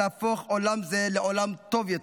להפוך עולם זה לעולם טוב יותר,